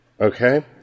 Okay